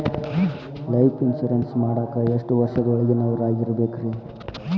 Life insurance ಮಾಡಾಕ ಎಷ್ಟು ವರ್ಷದ ಒಳಗಿನವರಾಗಿರಬೇಕ್ರಿ?